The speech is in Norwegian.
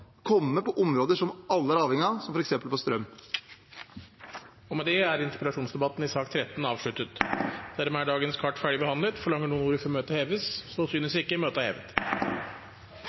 på områder som alle er avhengige av, f.eks. strøm. Med det er interpellasjonsdebatten i sak nr. 13 avsluttet. Dermed er dagens kart ferdigbehandlet. Forlanger noen ordet før møtet heves? – Så synes ikke, og møtet er hevet.